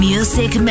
Music